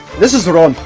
this is wrong!